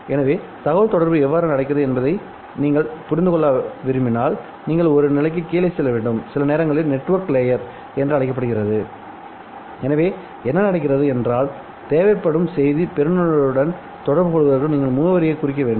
எனவே தகவல் தொடர்பு எவ்வாறு நடக்கிறது என்பதை நீங்கள் புரிந்து கொள்ள விரும்பினால் நீங்கள் ஒரு நிலைக்கு கீழே செல்ல வேண்டும்இது சில நேரங்களில் நெட்வொர்க் லேயர் என்று அழைக்கப்படுகிறது எனவே என்ன நடக்கிறது என்றாள்தேவைப்படும் செய்தி பெறுநருடன் தொடர்பு கொள்வதற்கு நீங்கள் முகவரியைக் குறிக்க வேண்டும்